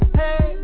hey